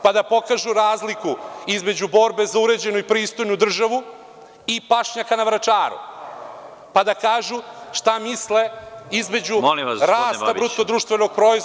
Pa, da pokažu razliku između borbe za uređenu i pristojnu državu i pašnjaka na Vračaru, da kažu šta misle između rasta BDP…